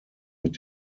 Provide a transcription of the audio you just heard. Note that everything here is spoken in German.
mit